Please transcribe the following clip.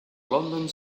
london